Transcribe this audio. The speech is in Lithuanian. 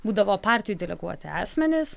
būdavo partijų deleguoti asmenys